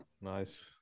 Nice